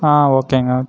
ஆ ஓகேங்க